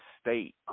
State